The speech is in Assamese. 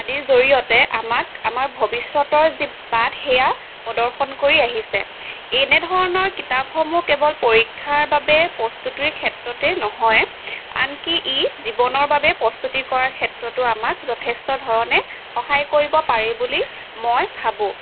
আদিৰ জৰিয়তে আমাক আমাৰ ভৱিষ্যতৰ যি বাট সেয়া প্ৰদৰ্শন কৰি আহিছে এনেধৰণৰ কিতাপসমূহ কেৱল পৰীক্ষাৰ বাবে প্ৰস্তুতিৰ ক্ষেত্ৰতেই নহয় আনকি ই জীৱনৰ বাবে প্ৰস্তুতি কৰাৰ ক্ষেত্ৰতো আমাক যথেষ্ট ধৰণে সহায় কৰিব পাৰে বুলি মই ভাবোঁ